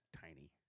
tiny